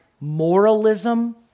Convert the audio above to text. moralism